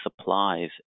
supplies